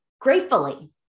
Gratefully